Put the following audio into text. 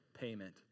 payment